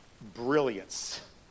brilliance